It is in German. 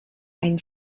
ein